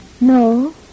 No